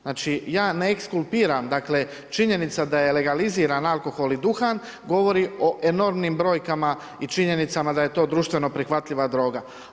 Znači ja ne ekskulpiram, dakle činjenica da je legaliziran alkohol i duhan govori o enormnim brojkama i činjenicama da je to društveno prihvatljiva droga.